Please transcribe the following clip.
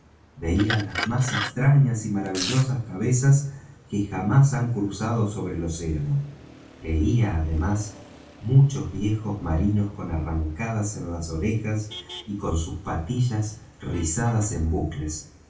veía las más extrañas y maravillosas cabezas que jamás han cruzado sobre el océano veía además muchos viejos marinos con arracadas en las orejas y con sus patillas rizadas en bucles